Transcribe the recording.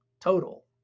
total